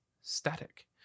static